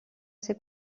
ser